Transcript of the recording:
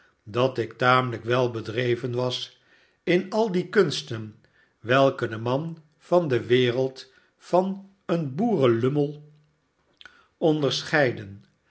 dat ik tamelijk wel bedreven was in al die kunsten welken den man van de wereld van een boerenlummel onderscheiden